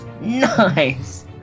Nice